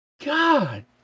God